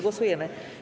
Głosujemy.